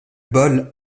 bol